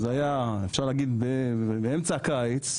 באמצע הקיץ,